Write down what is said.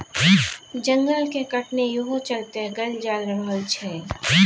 जंगल के कटनी इहो चलते कएल जा रहल छै